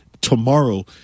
tomorrow